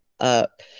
up